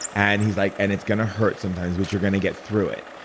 and he's like, and it's going to hurt sometimes, but you're going to get through it.